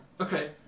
Okay